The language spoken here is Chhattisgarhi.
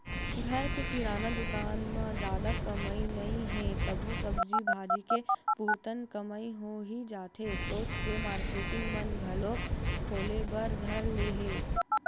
घर के किराना दुकान म जादा कमई नइ हे तभो सब्जी भाजी के पुरतन कमई होही जाथे सोच के मारकेटिंग मन घलोक खोले बर धर ले हे